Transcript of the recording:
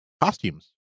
costumes